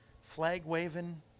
flag-waving